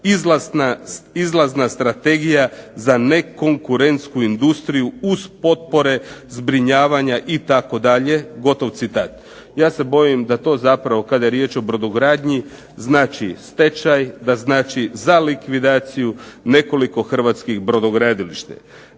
"izlazna strategija za nekonkurentsku industriju uz potpore zbrinjavanja itd.", gotov citat. Ja se bojim da to zapravo kada je riječ o brodogradnji znači stečaj, da znači za likvidaciju nekoliko hrvatskih brodogradilišta.